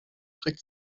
trick